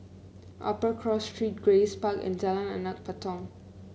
Upper Cross Street Grace Park and Jalan Anak Patong